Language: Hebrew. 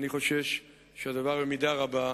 אני חושש שהדבר, במידה רבה,